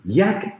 jak